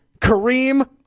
Kareem